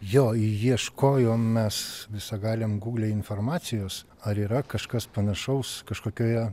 jo ieškojom mes visagaliam gūgle informacijos ar yra kažkas panašaus kažkokioje